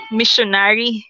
missionary